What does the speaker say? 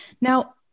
Now